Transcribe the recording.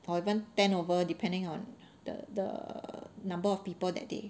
or even ten over depending on the the number of people that day